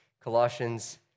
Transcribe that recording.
Colossians